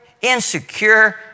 insecure